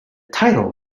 title